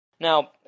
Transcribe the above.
Now